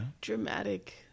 dramatic